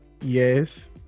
yes